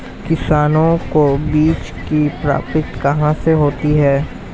किसानों को बीज की प्राप्ति कहाँ से होती है?